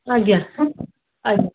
ଆଜ୍ଞା ଆଜ୍ଞା